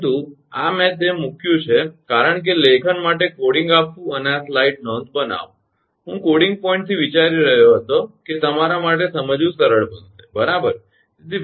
પરંતુ આ મેં તે મૂક્યું છે કારણ કે લેખન માટે કોડિંગ આપવું અને આ સ્લાઇડ નોંધ બનાવો હું કોડિંગ પોઇન્ટથી વિચારી રહ્યો હતો કે તમારા માટે સમજવું સરળ બનશે બરાબર